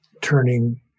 turning